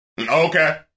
Okay